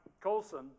Colson